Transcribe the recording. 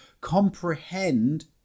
comprehend